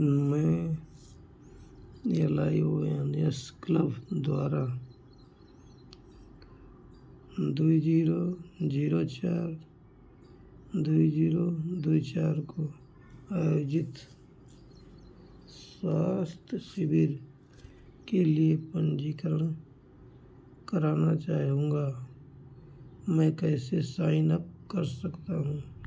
मैं L I O N S club द्वारा दुई जीरो जीरो चार दुई जीरो दुई चार को आयोजित स्वास्थय शिविर के लिए पंजीकरण कराना चाहूँगा मैं कैसे साइनअप कर सकता हूँ